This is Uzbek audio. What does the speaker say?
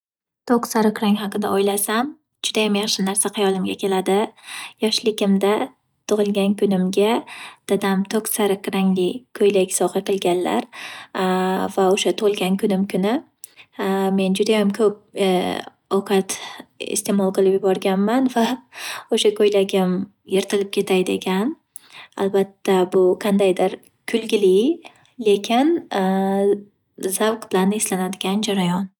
To’q sariq rang haqida o’ylasam, judayam yaxshi narsa hayolimga keladi. Yoshligimda tug’ilgan kunimga dadam to’q sariq rangli ko’ylak sovga qilganlar va o’sha tug’ilgan kunim kuni men judayam ko’p ovqat iste'mol qilib yuborganman va o’sha ko’ylagim yirtilib ketay degan. Albatta bu qandaydir kulgili lekin zavq bilan eslanadigan jarayon.